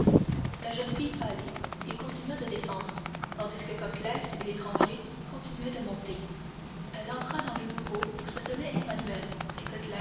la jeune fille pâlit et continua de descendre tandis que coclès et l'étranger continuaient de monter elle entra dans le bureau où se tenait emmanuel